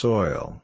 Soil